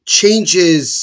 changes